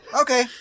Okay